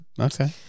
Okay